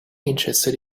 interested